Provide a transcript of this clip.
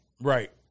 Right